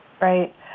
Right